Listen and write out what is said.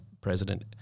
president